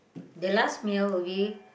the last meal okay